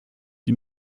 die